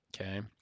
okay